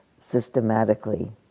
systematically